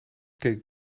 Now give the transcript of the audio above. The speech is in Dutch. keek